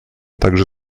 также